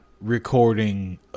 recording